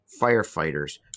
firefighters